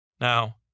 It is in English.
Now